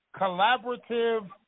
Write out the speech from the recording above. collaborative